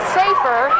safer